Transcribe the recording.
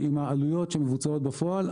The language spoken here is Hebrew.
עם העליות שמבוצעות בפועל.